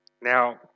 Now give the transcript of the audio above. Now